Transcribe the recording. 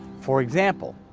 for example,